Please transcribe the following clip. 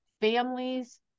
families